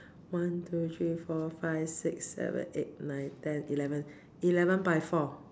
one two three four five six seven eight nine ten eleven eleven by four